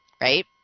right